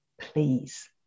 please